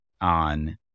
on